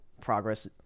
progress